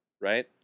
right